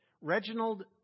Reginald